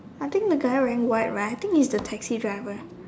I think the guy wearing white right I think he's the taxi driver